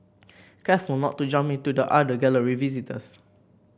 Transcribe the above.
careful not to bump into the other Gallery visitors